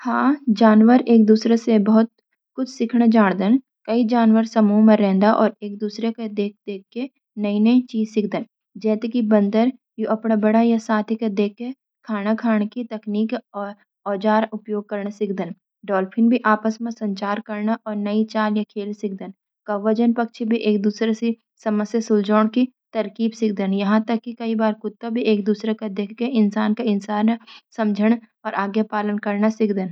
हां, जानवर एक-दूसरे से बहुत कूछ सीखणा जाणदन। कई जानवर समूह मा रैणदा और एक-दूसरे का देख-देखके नई-नई चीज़ सिख्दन। जैंत कि बंदर, यो अपने बड़ां या साथी का देखके खाना खाण की तकनीक या औजार उपयोग करणा सीखदन। डॉल्फिन भी आपस मा संचार करणा और नई चाल या खेल सिखदन। कौवा जैन्ं पक्षी भी एक-दूसरे से समस्या सुलझाण की तरकीब सीखदन। यहाँ तक कि कई बार कुत्ता भी दूसरे कुत्ता का देखके इंसान का इशारें समझणा या आज्ञा पालन करणा सिख्दन।